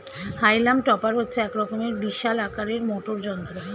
হাইলাম টপার হচ্ছে এক রকমের বিশাল আকারের মোটর যন্ত্র